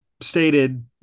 stated